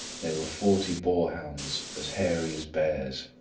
there were forty boarhounds as hairy as bears.